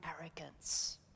arrogance